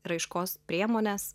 raiškos priemones